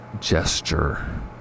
gesture